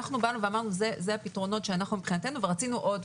אנחנו באנו ואמרנו שאלה הפתרונות מבחינתנו ורצינו עוד.